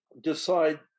decide